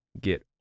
get